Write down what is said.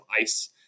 ICE